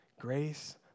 grace